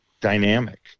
dynamic